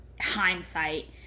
hindsight